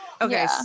Okay